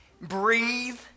breathe